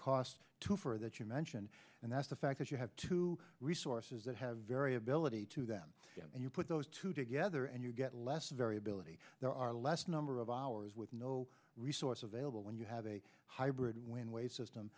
cost too for that you mentioned and that's the fact that you have to resources that have variability to them and you put those two together and you get less variability there are less number of hours with no resource available when you have a hybrid when way system